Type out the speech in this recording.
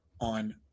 on